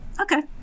okay